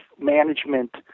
management